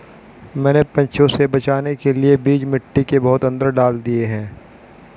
मैंने पंछियों से बचाने के लिए बीज मिट्टी के बहुत अंदर डाल दिए हैं